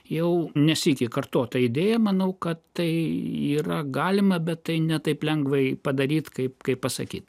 jau ne sykį kartotą idėją manau kad tai yra galima bet tai ne taip lengvai padaryti kaip kaip pasakyti